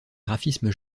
graphisme